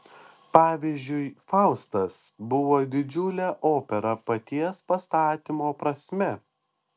pavyzdžiui faustas buvo didžiulė opera paties pastatymo prasme